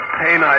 pain